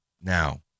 Now